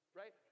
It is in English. right